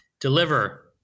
deliver